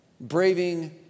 braving